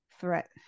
threat